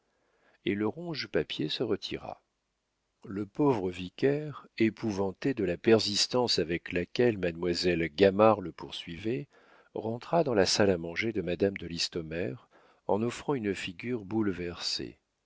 et le ronge papiers se retira le pauvre vicaire épouvanté de la persistance avec laquelle mademoiselle gamard le poursuivait rentra dans la salle à manger de madame de listomère en offrant une figure bouleversée